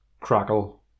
Crackle